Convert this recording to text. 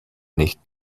nicht